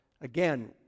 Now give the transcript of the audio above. again